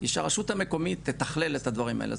היא שהרשות המקומית תתכלל את הדברים האלה,